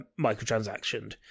microtransactioned